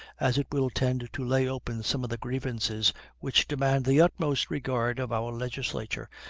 as it will tend to lay open some of the grievances which demand the utmost regard of our legislature,